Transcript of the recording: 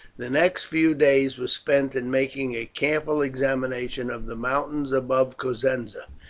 the next few days were spent in making a careful examination of the mountains above cosenza,